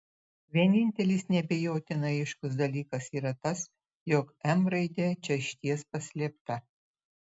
vienintelis neabejotinai aiškus dalykas yra tas jog m raidė čia išties paslėpta